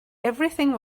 everything